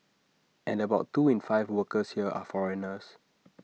and about two in five workers here are foreigners